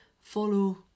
follow